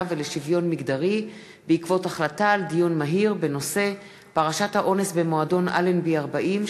ולשוויון מגדרי בעקבות דיון מהיר בנושא: פרשת האונס במועדון "אלנבי 40",